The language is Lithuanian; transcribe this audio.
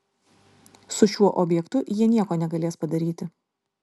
su šiuo objektu jie nieko negalės padaryti